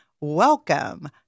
Welcome